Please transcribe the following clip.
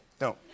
No